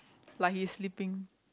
like he is sleeping